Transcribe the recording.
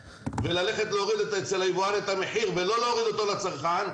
וללכת להוריד אצל היבואן את המחיר ולא להוריד אותו לצרכן,